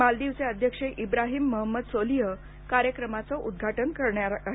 मालदीवचे अध्यक्ष इब्राहीम महंमद सोलीह हे कार्यक्रमाचं उद्घाटन करणार आहेत